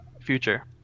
future